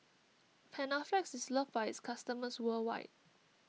Panaflex is loved by its customers worldwide